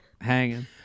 hanging